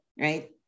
right